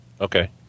Okay